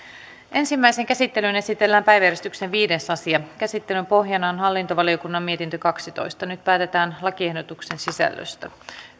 ensimmäiseen käsittelyyn esitellään päiväjärjestyksen viides asia käsittelyn pohjana on hallintovaliokunnan mietintö kaksitoista nyt päätetään lakiehdotuksen sisällöstä